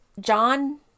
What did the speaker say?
John